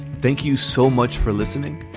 thank you so much for listening.